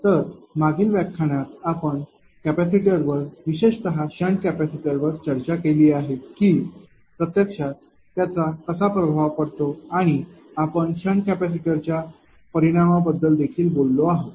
तर मागील व्याख्यानात आपण कॅपेसिटरवर विशेषत शंट कॅपेसिटरवर चर्चा केली आहे की प्रत्यक्षात त्याचा कसा प्रभाव पडतो आणि आपण शंट कॅपेसिटरच्या परिणामाबद्दल देखील बोललो आहोत